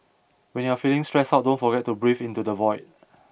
when you are feeling stressed out don't forget to breathe into the void